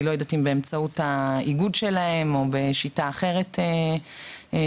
אני לא יודעת אם באמצעות האיגוד שלהם או בשיטה אחרת שיבחרו,